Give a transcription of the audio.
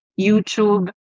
YouTube